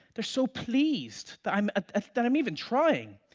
they're so pleased that i'm ah that i'm even trying!